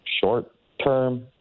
short-term